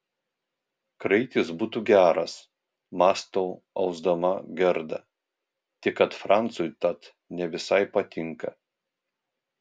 kraitis būtų geras mąsto ausdama gerda tik kad francui tat ne visai patinka